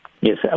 Yes